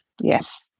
Yes